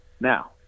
now